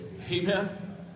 Amen